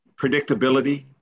predictability